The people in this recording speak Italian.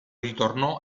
ritornò